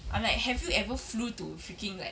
I'm like have you ever flew to freaking like